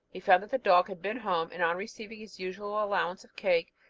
he found that the dog had been home, and, on receiving his usual allowance of cake,